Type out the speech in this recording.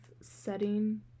setting